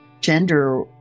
gender